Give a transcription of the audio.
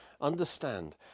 understand